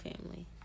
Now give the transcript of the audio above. family